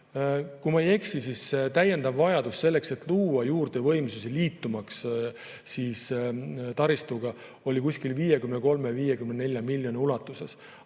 Kui ma ei eksi, siis täiendav vajadus selleks, et luua juurde võimsusi, liitumaks taristuga, oli 53–54 miljoni ulatuses.